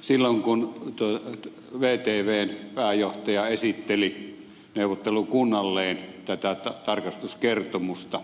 silloin kun vtvn pääjohtaja esitteli neuvottelukunnalleen tätä tarkastuskertomusta